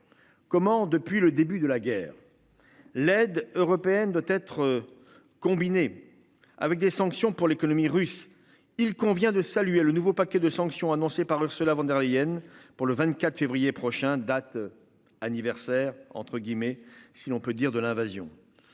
Comment depuis le début de la guerre. L'aide européenne doit être combiné. Avec des sanctions pour l'économie russe. Il convient de saluer le nouveau paquet de sanctions annoncée par Ursula von der Leyen. Pour le 24 février prochain, date. Anniversaire entre guillemets. Si l'on peut dire de l'invasion.